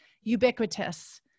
ubiquitous